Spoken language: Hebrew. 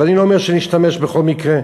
ואני לא אומר שנשתמש בכל מקרה,